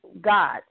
God